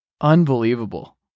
Unbelievable